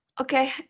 Okay